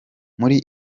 muri